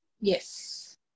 Yes